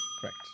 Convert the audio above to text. correct